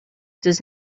does